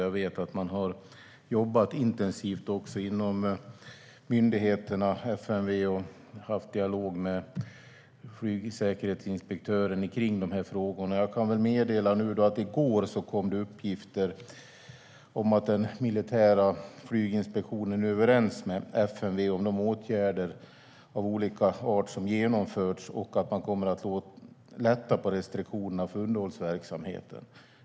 Jag vet att man har jobbat intensivt också inom myndigheterna, som FMV, och fört dialog med flygsäkerhetsinspektören i de här frågorna. Jag kan nu meddela att det i går kom uppgifter om att den militära flyginspektionen är överens med FMV om de åtgärder av olika art som vidtagits och att man kommer att lätta på restriktionerna för underhållsverksamheten.